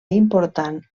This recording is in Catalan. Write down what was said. important